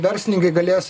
verslininkai galės